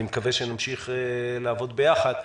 אני מקווה שנמשיך לעבוד ביחד,